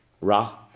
Ra